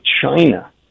China